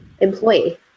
employee